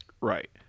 Right